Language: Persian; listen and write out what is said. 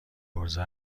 عرضه